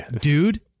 Dude